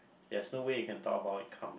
there's no way you can talk about it calm